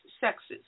sexes